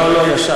לא, לא ישר.